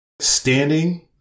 standing